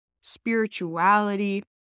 spirituality